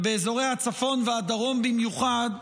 ובאזורי הצפון והדרום במיוחד,